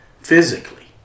physically